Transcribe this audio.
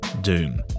doom